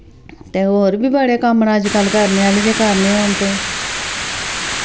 ते और बी बड़े कम्म न अजकल करने आह्ले जे करने होन ते